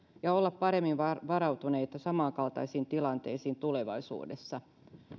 ja olla paremmin varautuneita samankaltaisiin tilanteisiin tulevaisuudessa